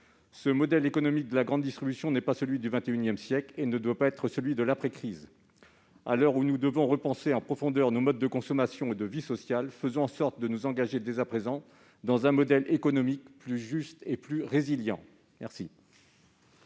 Le modèle économique de la grande distribution n'est pas celui du XXI siècle et ne doit pas être celui de l'après-crise. À l'heure où nous devons repenser en profondeur nos modes de consommation et de vie sociale, engageons-nous dès à présent dans un modèle économique plus juste et plus résilient !